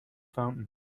fountain